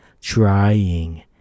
trying